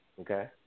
Okay